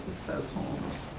says holmes.